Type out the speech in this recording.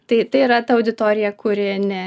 tai tai yra ta auditorija kuri ne